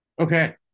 Okay